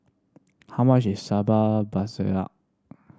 how much is sambal